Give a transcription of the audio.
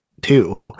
two